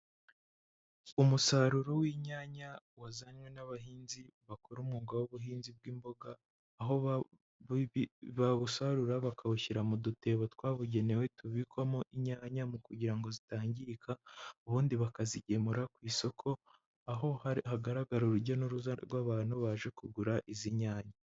Umusaruro w'inyanya, wazanywe n'abahinzi bakora umwuga w'ubuhinzi bw'imboga, aho bawusarura bakawushyira mu dutebo twabugenewe tubikwamo inyanya, mu kugira ngo zitangirika, ubundi bakazigemura ku isoko, aho hagaragara urujya n'uruza rw'abantu baje kugura izi nyanya.